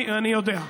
אני יודע.